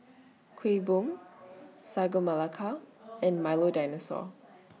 Kuih Bom Sagu Melaka and Milo Dinosaur